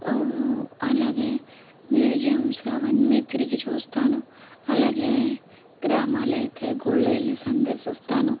అలాగే మ్యూజియమ్సు అవన్నీ తిరిగి చూస్తాను అలాగే గ్రామాలైతే గుళ్ళు వెళ్ళి సందర్శిస్తాను